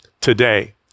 today